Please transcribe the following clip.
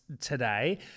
today